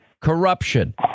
corruption